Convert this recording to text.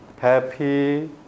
happy